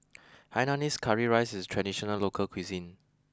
Hainanese Curry Rice is traditional local cuisine